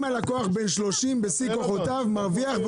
אם הלקוח בן 30 בשיא כוחותיו, מרוויח.